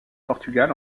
portugal